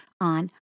on